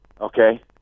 Okay